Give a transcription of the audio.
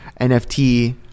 NFT